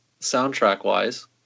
soundtrack-wise